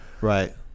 Right